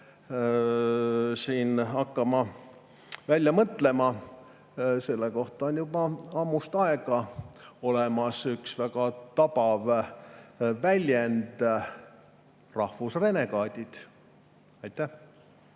siin hakkama välja mõtlema, selle kohta on juba ammust aega olemas üks väga tabav väljend "rahvusrenegaadid". Aitäh